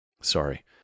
Sorry